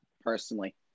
personally